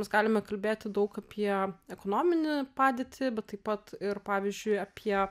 mes galime kalbėti daug apie ekonominę padėtį bet taip pat ir pavyzdžiui apie